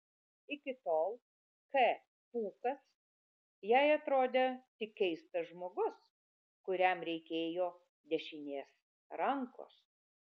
iki tol k pūkas jai atrodė tik keistas žmogus kuriam reikėjo dešinės rankos